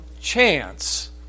chance